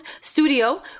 studio